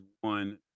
one